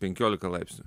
penkiolika laipsnių